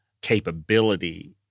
capability